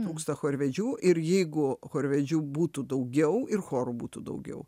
trūksta chorvedžių ir jeigu chorvedžių būtų daugiau ir chorų būtų daugiau